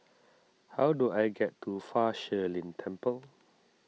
how do I get to Fa Shi Lin Temple